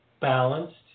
balanced